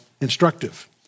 instructive